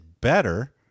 better